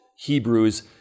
Hebrews